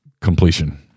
completion